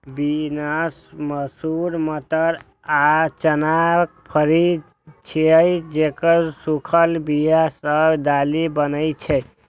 beans, मसूर, मटर आ चना फली छियै, जेकर सूखल बिया सं दालि बनै छै